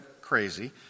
crazy